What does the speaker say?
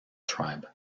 tribe